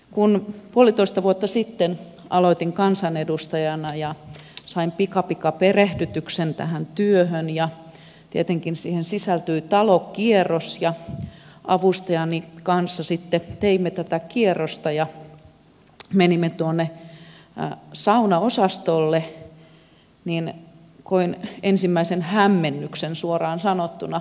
kun puolitoista vuotta sitten aloitin kansanedustajana ja sain pikapikaperehdytyksen tähän työhön ja tietenkin siihen sisältyi talokierros ja avustajani kanssa sitten teimme tätä kierrosta ja menimme saunaosastolle niin koin ensimmäisen hämmennyksen suoraan sanottuna